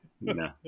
No